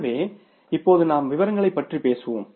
எனவே இப்போது நாம் விவரங்களைப் பற்றி பேசுவோம்